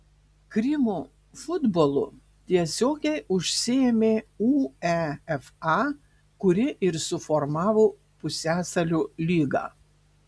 krymo futbolu tiesiogiai užsiėmė uefa kuri ir suformavo pusiasalio lygą